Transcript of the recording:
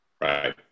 Right